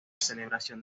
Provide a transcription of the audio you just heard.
celebración